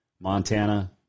Montana